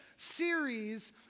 series